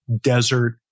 desert